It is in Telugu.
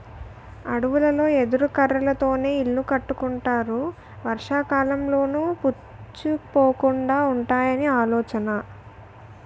అడవులలో ఎదురు కర్రలతోనే ఇల్లు కట్టుకుంటారు వర్షాకాలంలోనూ పుచ్చిపోకుండా వుంటాయని ఆలోచన